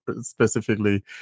specifically